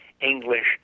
English